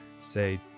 say